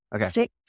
Okay